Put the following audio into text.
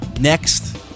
Next